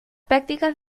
prácticas